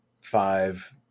five